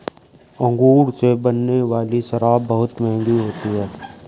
अंगूर से बनने वाली शराब बहुत मँहगी होती है